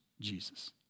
Jesus